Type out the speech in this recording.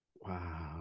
Wow